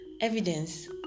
evidence